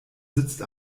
sitzt